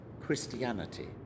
Christianity